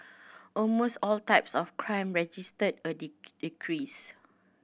almost all types of crime registered a decrease